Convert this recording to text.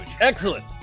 Excellent